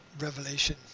revelation